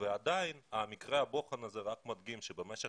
ועדיין מקרה הבוחן הזה רק מדגים שבמשך